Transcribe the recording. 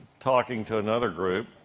talking to another group.